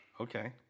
Okay